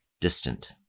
distant